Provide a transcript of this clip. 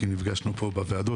כי נפגשו פה בוועדות,